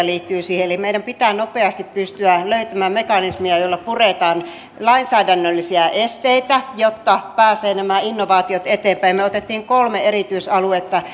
liittyy siihen eli meidän pitää nopeasti pystyä löytämään mekanismeja joilla puretaan lainsäädännöllisiä esteitä jotta nämä innovaatiot pääsevät eteenpäin me otimme kolme erityisaluetta